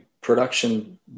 production